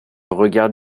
regard